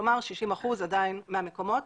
כלומר 60% מהמקומות